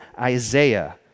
Isaiah